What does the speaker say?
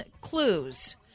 clues